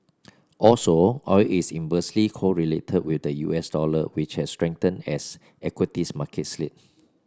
also oil is inversely correlated with the U S dollar which has strengthened as equities markets slid